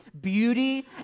beauty